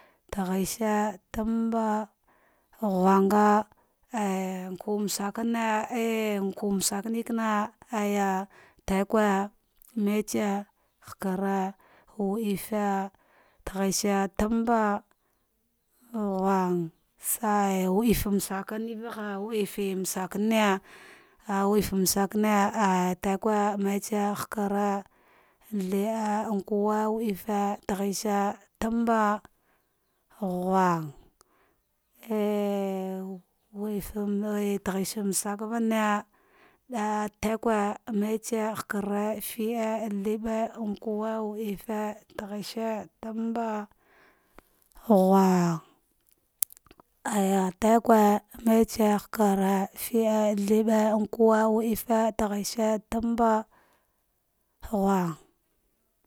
Timshi, tamba, nghunga, alinkuwmaska, na, ah nkwumaskane aja aja titgue, metse, hakare, fide, nkuwe, tighish tamba ghhmga, wadifm askare, wadifimasakane, ah, wadifi masakare tigue, hakare, thirda, nkuwe, wadifi tighisi tamba ghinga metse a wadif taghismaskallare daya tigue metse hakare, fide, thirda, nkuwa, taghish, tanba, ghinga aya tigue, metse, hakare, fide, third nkuwe, wadifi taghi shi tanba ghinga